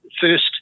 first